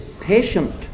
patient